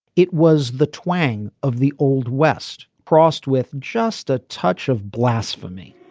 it was the twang of the old west prost with just a touch of blasphemy